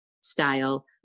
style